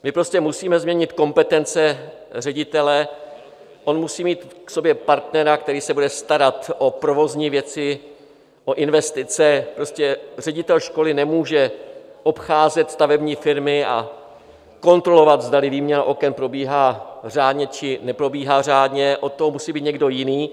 My prostě musíme změnit kompetence ředitele, on musí mít k sobě partnera, který se bude starat o provozní věci, o investice, prostě ředitel školy nemůže obcházet stavební firmy a kontrolovat, zdali výměna oken probíhá řádně, či neprobíhá řádně, od toho musí být někdo jiný.